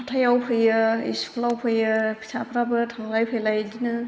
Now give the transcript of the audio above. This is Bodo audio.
हाथायाव फैयो स्कुलाव फैयो फिसाफ्राबो थांलाय फैलाय बिदिनो